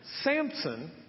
Samson